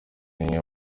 bimwe